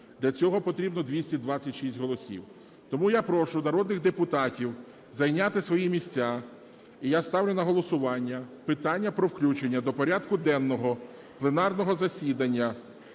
Для цього потрібно 226 голосів. Тому я прошу народних депутатів зайняти свої місця, і я ставлю на голосування питання про включення до порядку денного пленарного засідання